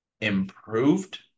improved